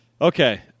Okay